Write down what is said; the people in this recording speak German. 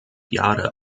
jahre